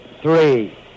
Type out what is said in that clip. three